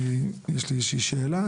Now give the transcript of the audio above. יש לי איזה שאלה.